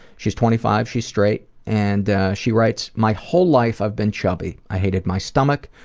she's twenty five, she's straight, and she writes, my whole life i've been chubby. i hated my stomach,